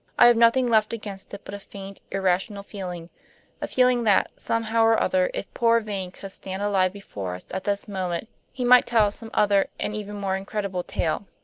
i have nothing left against it but a faint, irrational feeling a feeling that, somehow or other, if poor vane could stand alive before us at this moment he might tell some other and even more incredible tale.